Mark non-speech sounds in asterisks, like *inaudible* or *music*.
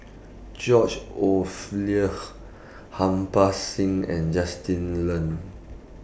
George *unintelligible* Harbans Singh and Justin Lean